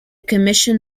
commission